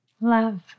love